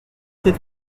sept